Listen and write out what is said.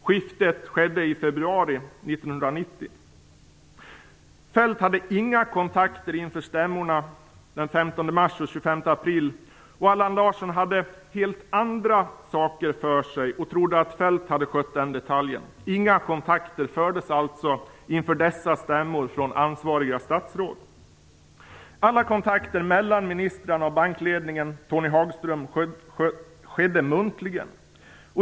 Skiftet skedde i februari 1990. Feldt hade inga kontakter inför stämmorna den 15 mars och den 25 april, och Allan Larsson hade helt andra saker för sig och trodde att Feldt hade skött den detaljen. Inga kontakter togs alltså inför dessa stämmor från ansvariga statsråd. Alla kontakter mellan ministrarna och bankledningen, Tony Hagström, skedde muntligen.